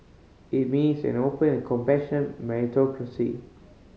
it means an open and compassionate meritocracy